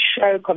show